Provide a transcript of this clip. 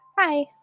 Hi